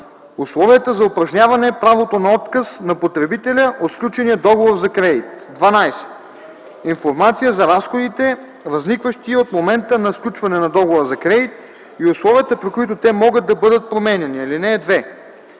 условията за упражняване правото на отказ на потребителя от сключения договор за кредит; 12. информация за разходите, възникващи от момента на сключване на договора за кредит, и условията, при които те могат да бъдат променяни. (2)